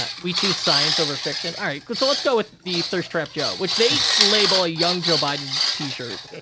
but we choose science over fiction. all right, so let's go with the thirst trap joe, which they label a young joe biden t-shirt.